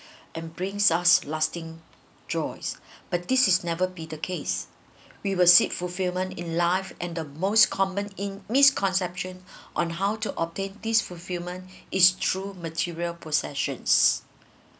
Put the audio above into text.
and brings us lasting joys but this is never be the case we will seek fulfillment in life and the most common in misconception on how to obtain these fulfillment is through material possessions